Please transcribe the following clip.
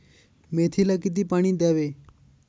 मेथीला किती पाणी द्यावे?